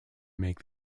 make